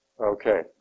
Okay